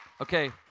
okay